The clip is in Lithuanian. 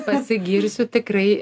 pasigirsiu tikrai